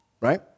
right